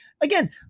again